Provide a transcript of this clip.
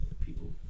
people